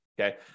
okay